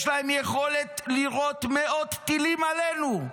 יש להם יכולת לירות מאות טילים עלינו.